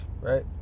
right